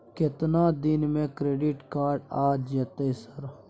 केतना दिन में क्रेडिट कार्ड आ जेतै सर?